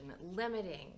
limiting